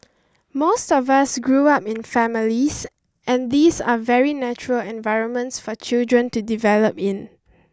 most of us grew up in families and these are very natural environments for children to develop in